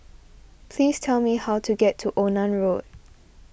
please tell me how to get to Onan Road